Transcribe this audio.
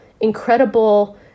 incredible